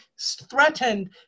threatened